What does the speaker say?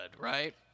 right